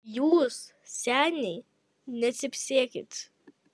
jūs seniai necypsėkit